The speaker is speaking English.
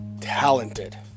talented